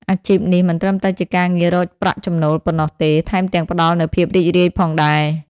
អាជីពនេះមិនត្រឹមតែជាការងាររកប្រាក់ចំណូលប៉ុណ្ណោះទេ ថែមទាំងផ្តល់នូវភាពរីករាយផងដែរ។